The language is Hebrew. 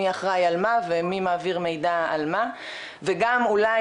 מי אחראי על מה ומי מעביר מידע על מה וגם אולי,